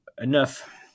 enough